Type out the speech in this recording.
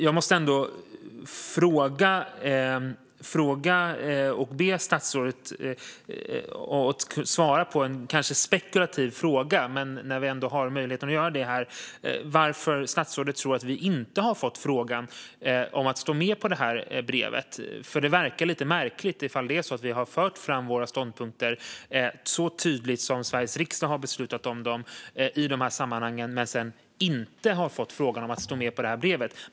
Jag måste ändå fråga och be statsrådet att svara på en kanske spekulativ fråga, när vi ändå har möjligheten att ställa frågor här. Varför tror statsrådet att vi inte har fått frågan om att stå med på brevet? Det verkar lite märkligt om det är så att vi har fört fram våra ståndpunkter, som Sveriges riksdag så tydligt har beslutat om i de här sammanhangen, men sedan inte fått frågan om att stå med på brevet.